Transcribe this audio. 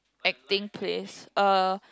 acting place uh